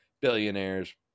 billionaires